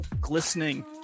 glistening